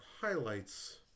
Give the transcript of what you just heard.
highlights